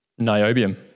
Niobium